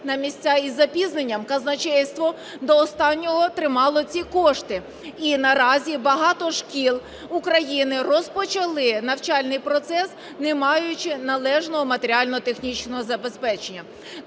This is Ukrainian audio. на місця із запізненням. Казначейство до останнього тримало ці кошти. І наразі багато шкіл України розпочали навчальний процес, не маючи належного матеріально-технічного забезпечення.